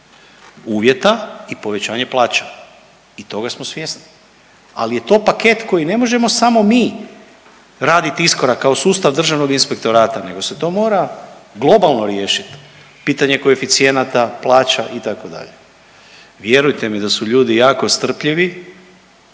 uvjeta i povećanje plaća i toga smo svjesni, ali je paket koji ne možemo samo mi raditi iskorak kao sustav državnog inspektorata nego se to mora globalno riješiti, pitanje koeficijenata, plaća itd. Vjerujte mi da su ljudi jako strpljivi